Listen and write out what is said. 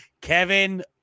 Kevin